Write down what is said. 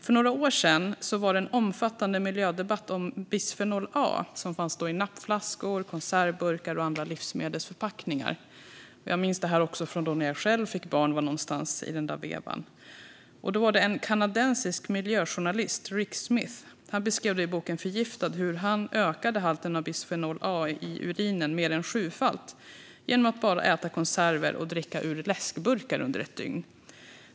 För några år sedan var det en omfattande miljödebatt om ämnet bisfenol A, som fanns i nappflaskor, konservburkar och andra livsmedelsförpackningar. Jag minns att jag själv fick barn någonstans i samma veva. En kanadensisk miljöjournalist, Rick Smith, beskrev i boken Förgiftad hur han ökade halten av bisfenol A i urinen mer än sjufalt genom att bara äta konserver och dricka ur läskburkar under ett dygn.